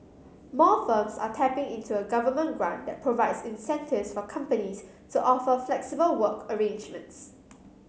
more firms are tapping into a government grant that provides incentives for companies to offer flexible work arrangements